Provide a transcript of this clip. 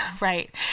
right